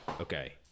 Okay